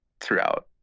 throughout